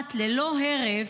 שומעת ללא הרף,